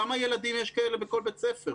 כמה ילדים יש כאלה בכל בית ספר?